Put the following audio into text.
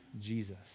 Jesus